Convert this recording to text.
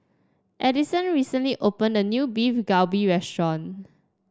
Addison recently opened a new Beef Galbi restaurant